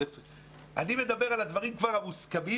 אני מדבר על הדברים המוסכמים.